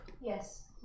Yes